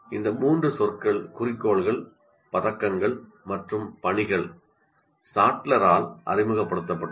இந்த மூன்று சொற்கள் குறிக்கோள்கள் பதக்கங்கள் மற்றும் பணிகள் சாட்லரால் அறிமுகப்படுத்தப்பட்டுள்ளன